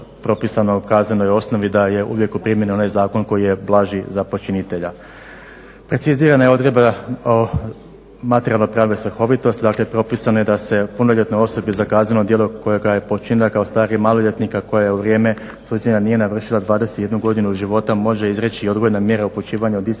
uvijek u primjeni onaj zakon koji je blaži za počinitelja. Precizirana je odredba o materijalno-pravnoj svrhovitosti. Dakle, propisano je da se punoljetnoj osobi za kazneno djelo kojega je počinila kao stariji maloljetnik, a koja u vrijeme suđenja nije navršila 21 godinu života može izreći i odgojna mjera upućivanja u disciplinski